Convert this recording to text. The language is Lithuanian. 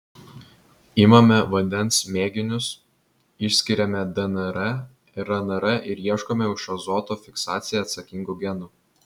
imame vandens mėginius išskiriame dnr rnr ir ieškome už azoto fiksaciją atsakingų genų